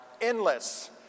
endless